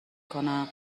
کنم